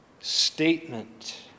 statement